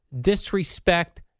disrespect